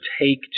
take